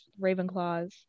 Ravenclaws